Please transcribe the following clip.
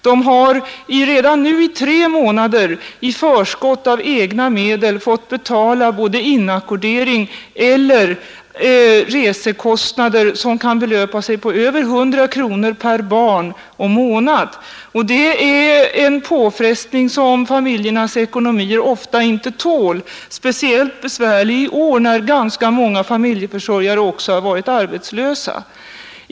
De har redan nu under tre månader i förskott av egna medel fått betala inackordering eller resekostnader som kan belöpa sig på mer än 100 kronor per barn och månad. Det är en påfrestning som familjernas ekonomier ofta inte tål, speciellt besvärlig i år när ganska många familjeförsörjare också har varit arbetslösa.